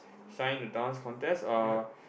shine the Dance Contest or